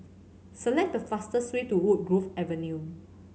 select the fastest way to Woodgrove Avenue